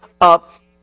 up